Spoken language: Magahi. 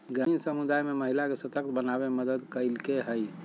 ग्रामीण समुदाय में महिला के सशक्त बनावे में मदद कइलके हइ